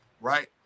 right